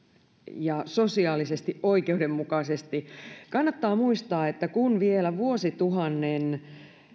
ja sosiaalisesti oikeudenmukaisesti kannattaa muistaa että kun vielä vuosituhannen